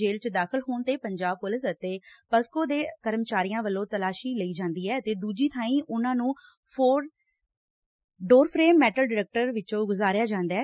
ਜੇਲੁ ਚ ਦਾਖ਼ਲ ਹੋਣ ਤੇ ਪੰਜਾਬ ਪੁਲਿਸ ਅਤੇ ਪਸਕੋ ਦੇ ਕਰਮਚਾਰੀਆਂ ਵੱਲੋਂ ਤਲਾਸੀ ਲਈ ਜਾਂਦੀ ਐ ਅਤੇ ਦੁਜੀ ਬਾਈਂ ਉਨਾਂ ਨੂੰ ਡੋਰ ਫੇਮ ਮੈਟਲ ਡਿਟਕਟਰ ਵਿਚੋਂ ਗੁਜਾਰਿਆ ਜਾਂਦੈ